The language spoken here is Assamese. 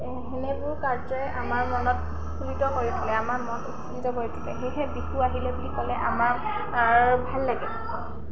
সেনেবোৰ কাৰ্যই আমাৰ মনত উৎফুল্লিত কৰি তোলে আমাৰ মন উৎফুল্লিত কৰি তোলে সেয়েহে বিহু আহিলে বুলি ক'লে আমাৰ ভাল লাগে